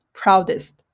proudest